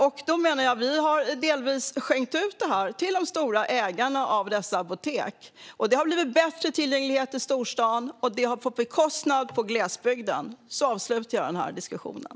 Jag menar att vi delvis har skänkt detta till ägarna av dessa stora apotekskedjor. Det har blivit bättre tillgänglighet i storstäderna på bekostnad av glesbygden. Så avslutar jag den här diskussionen.